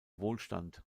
wohlstand